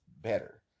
better